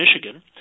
Michigan